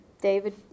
David